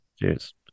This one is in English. Cheers